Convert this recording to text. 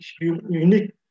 unique